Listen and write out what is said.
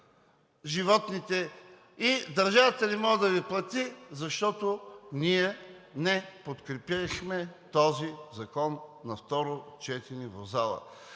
животните и държавата не може да Ви плати, защото ние не подкрепихме този закон на второ четене в залата.